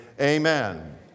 Amen